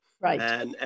Right